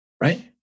Right